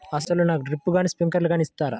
అసలు నాకు డ్రిప్లు కానీ స్ప్రింక్లర్ కానీ ఇస్తారా?